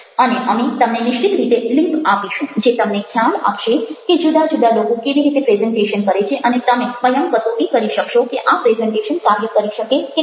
અને અમે તમને નિશ્ચિત રીતે લિન્ક આપીશું જે તમને ખ્યાલ આપશે કે જુદા જુદા લોકો કેવી રીતે પ્રેઝન્ટેશન કરે છે અને તમે સ્વયં કસોટી કરી શકશો કે આ પ્રેઝન્ટેશન કાર્ય કરી શકે કે કેમ